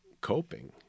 coping